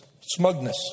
smugness